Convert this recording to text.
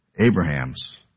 Abraham's